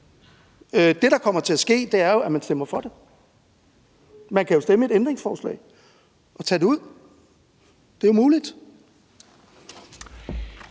Det, der kommer til at ske, er jo, at man stemmer for det. Man kan jo stemme for et ændringsforslag og tage det ud, det er muligt.